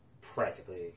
practically